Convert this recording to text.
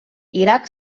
iraq